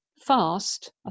fast